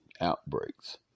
outbreaks